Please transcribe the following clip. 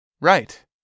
Right